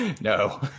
No